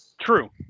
True